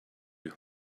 you